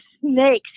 snake's